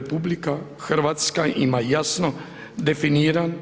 RH ima jasno definiran,